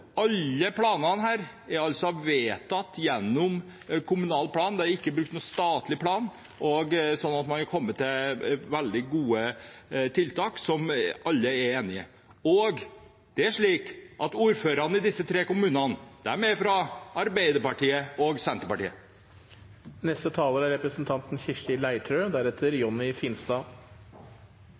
alle planene er vedtatt gjennom kommunal plan, det er ikke brukt noen statlig plan. Så man har kommet fram til veldig gode tiltak som alle er enig i – og ordførerne i disse tre kommunene er fra Arbeiderpartiet og Senterpartiet.